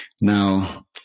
Now